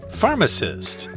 pharmacist